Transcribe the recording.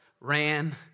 ran